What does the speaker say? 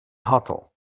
hotel